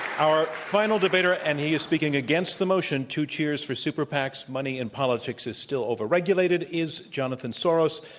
our final debater, and he is speaking against the motion, two cheers for super pacs money in politics is still overregulated, is jonathan soros.